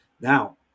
Now